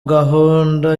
gahunda